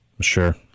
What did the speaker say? Sure